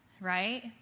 right